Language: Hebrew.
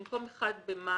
במקום 1 במרס